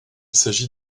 s’agit